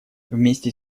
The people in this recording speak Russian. вместе